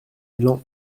élan